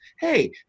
hey